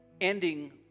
ending